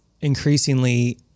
increasingly